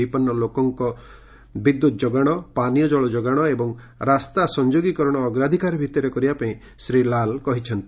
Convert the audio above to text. ବିପନୁ ଳୋକଙ୍କ ବିଦ୍ୟୁତ ଯୋଗାଶ ପାନୀୟ ଜଳ ଯୋଗାଣ ଏବଂ ରାସ୍ତା ସଂଯୋଗୀକରଣ ଅଗ୍ରାଧିକାର ଭିଉିରେ କରିବା ପାଇଁ ଶ୍ରୀ ଲାଲ୍ କହିଛନ୍ତି